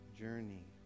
journey